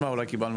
הפתוחה,